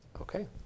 Okay